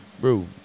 Bro